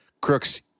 Crooks